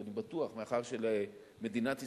ואני בטוח, מאחר שלמדינת ישראל,